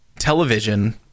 Television